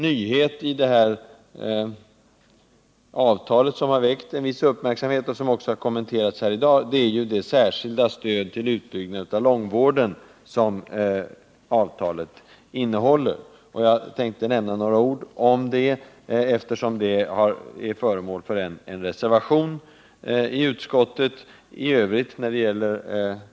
Nyheten i detta avtal, som har väckt en viss uppmärksamhet och även har kommenterats här i dag, är det särskilda stödet till utbyggnad av långvården. Jag tänkte nämna något om det, eftersom det är föremål för en reservation i utskottets betänkande.